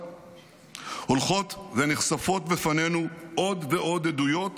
הולכות ונחשפות בפנינו עוד ועוד עדויות